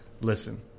Listen